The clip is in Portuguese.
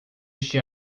este